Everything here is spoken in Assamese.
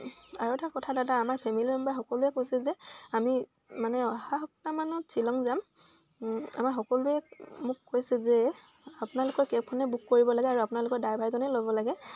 আৰু এটা কথা দাদা আমাৰ ফেমিলী মেম্বাৰ সকলোৱে কৈছে যে আমি মানে অহা সপ্তাহমানত শ্বিলং যাম আমাৰ সকলোৱে মোক কৈছে যে আপোনালোকৰ কেবখনে বুক কৰিব লাগে আৰু আপোনালোকৰ ড্ৰাইভাৰজনেই ল'ব লাগে